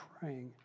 praying